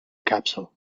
capsule